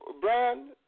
Brian